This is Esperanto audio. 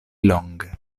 longe